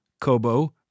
Kobo